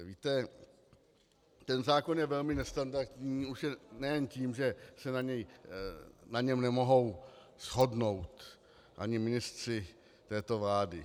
Víte, ten zákon je velmi nestandardní nejen tím, že se na něm nemohou shodnout ani ministři této vlády.